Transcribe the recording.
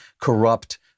corrupt